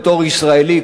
בתור ישראלי,